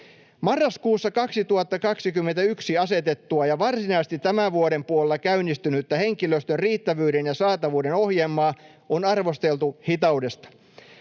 Marraskuussa 2021 asetettua ja varsinaisesti tämän vuoden puolella käynnistynyttä henkilöstön riittävyyden ja saatavuuden ohjelmaa on arvosteltu hitaudesta.